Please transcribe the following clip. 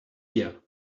here